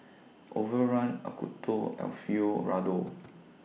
Overrun Acuto Alfio Raldo